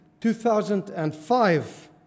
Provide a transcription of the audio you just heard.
2005